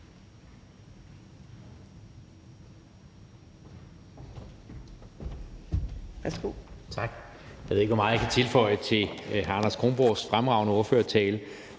Tak